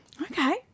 Okay